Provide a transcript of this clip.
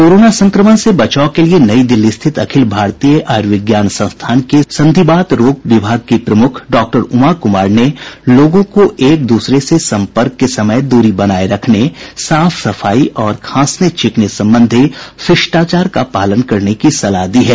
corona संक्रमण से बचाव के लिये नई दिल्ली स्थित अखिल भारतीय आयुर्विज्ञान संस्थान के संधिवात रोग विभाग की प्रमुख डॉ उमा कुमार ने लोगों को एक दूसरे से सम्पर्क के समय दूरी बनाए रखने साफ सफाई और खांसने छींकने संबंधी शिष्टाचार का पालन करने की सलाह दी है